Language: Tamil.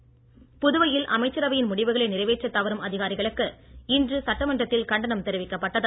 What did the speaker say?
அதிகாரிகள் புதுவையில் அமைச்சரவையின் முடிவுகளை நிறைவேற்றத் தவறும் அதிகாரிகளுக்கு இன்று சட்டமன்றத்தில் கண்டனம் தெரிவிக்கப்பட்டது